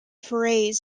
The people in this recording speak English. forays